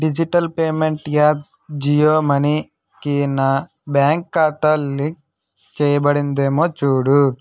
digital payment app Jio మనీకి నా bank ఖాతా లింక్ చేయబడిందేమో చూడు